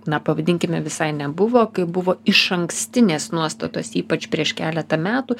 na pavadinkime visai nebuvo kai buvo išankstinės nuostatos ypač prieš keletą metų